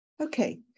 Okay